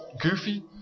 goofy